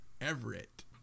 Everett